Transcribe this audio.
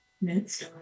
Next